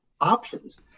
options